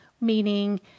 meaning